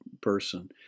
person